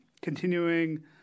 continuing